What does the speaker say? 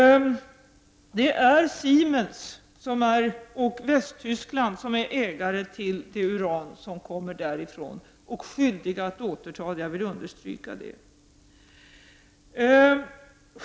Det är Siemens och Västtyskland som är ägare till det uran som kommer därifrån, och de är skyldiga att återta det. Detta vill jag också understryka.